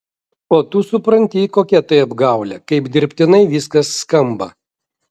o tu supranti kokia tai apgaulė kaip dirbtinai viskas skamba